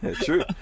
true